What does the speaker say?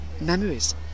memories